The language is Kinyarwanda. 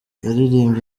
yaririmbye